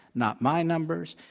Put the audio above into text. not my numbers.